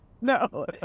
no